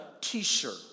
t-shirt